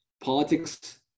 politics